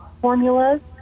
formulas